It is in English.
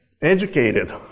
educated